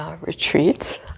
Retreat